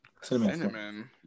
Cinnamon